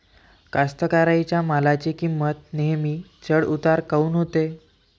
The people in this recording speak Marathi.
कास्तकाराइच्या मालाची किंमत नेहमी चढ उतार काऊन होते?